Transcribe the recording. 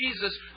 Jesus